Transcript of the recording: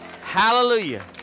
Hallelujah